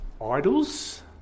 Idols